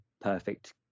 perfect